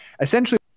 essentially